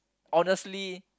honestly